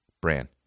brand